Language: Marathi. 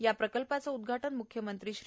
या प्रकल्पाचं उद्घाटन मुख्यमंत्री श्री